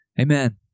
Amen